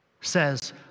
says